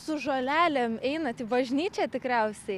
su žolelėm einat į bažnyčią tikriausiai